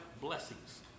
blessings